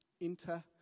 enter